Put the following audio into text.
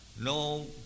no